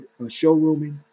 showrooming